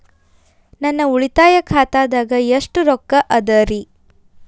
ನನ್ನ ಉಳಿತಾಯ ಖಾತಾದಾಗ ಎಷ್ಟ ರೊಕ್ಕ ಅದ ರೇ?